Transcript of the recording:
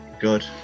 Good